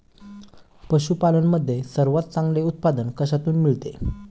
पशूपालन मध्ये सर्वात चांगले उत्पादन कशातून मिळते?